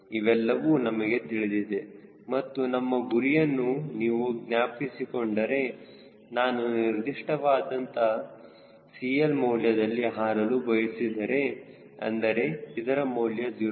ಇವೆಲ್ಲವೂ ನಮಗೆ ತಿಳಿದಿದೆ ಮತ್ತು ನಮ್ಮ ಗುರಿಯನ್ನು ನೀವು ಜ್ಞಾಪಿಸಿಕೊಂಡರೆ ನಾನು ನಿರ್ದಿಷ್ಟವಾದ ಅಂತ CL ಮೌಲ್ಯದಲ್ಲಿ ಹಾರಲು ಬಯಸಿದರೆ ಅಂದರೆ ಇದರ ಮೌಲ್ಯ 0